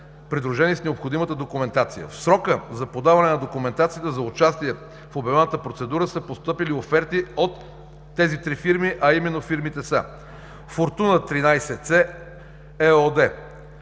придружени с необходимата документация. В срока за подаване на документацията за участие в обявената процедура са постъпили оферти от тези три фирми, а именно: „Фортуна – 13С“ ЕООД,